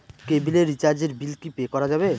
কেবিলের রিচার্জের বিল কি পে করা যাবে?